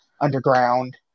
underground